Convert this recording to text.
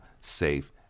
safe